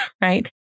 right